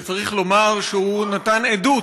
וצריך לומר שהוא נתן עדות